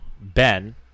Ben